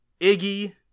Iggy